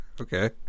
Okay